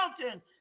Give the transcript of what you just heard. mountain